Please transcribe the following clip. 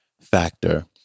Factor